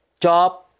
job